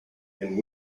and